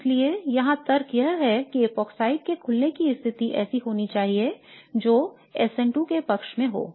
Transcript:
और इसलिए यहाँ तर्क यह है कि इपॉक्साइड के खुलने की स्थिति ऐसी होनी चाहिए जो SN2 के पक्ष में हो